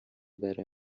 برای